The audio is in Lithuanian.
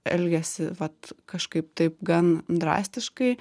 elgiasi vat kažkaip taip gan drastiškai